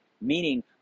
meaning